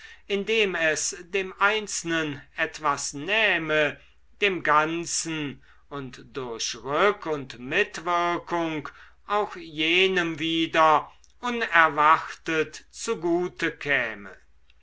indem es dem einzelnen etwas nähme dem ganzen und durch rück und mitwirkung auch jenem wieder unerwartet zugute käme